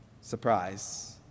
Surprise